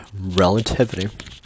relativity